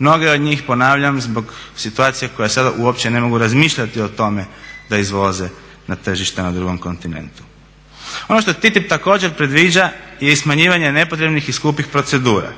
Mnoge od njih, ponavljam, zbog situacije koje sada uopće ne mogu razmišljati o tome da izvoze na tržište na drugom kontinentu. Ono što TTIP također predviđa je i smanjivanje nepotrebnih i skupih procedura,